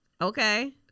okay